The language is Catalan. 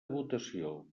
votació